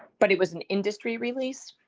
but it was an industry release?